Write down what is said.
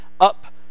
up